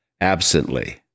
absently